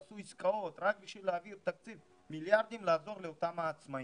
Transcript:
עשו עסקאות רק בשביל להעביר תקציב של מיליארדים לעזור לאותם העצמאים.